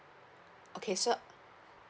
okay so